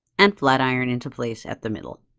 and flat iron into place at the middle